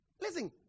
Listen